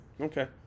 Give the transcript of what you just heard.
okay